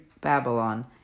Babylon